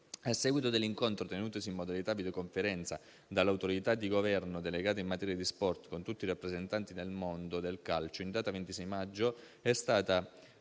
A seguito dell'incontro tenutosi in modalità videoconferenza dall'autorità di Governo delegata in materia di sport con tutti i rappresentanti del mondo del calcio, in data 26 maggio è stata